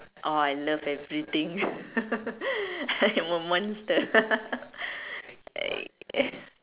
oh I love everything I'm a monster I